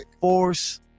Force